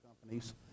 companies